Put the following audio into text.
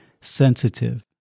sensitive